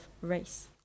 race